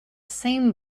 same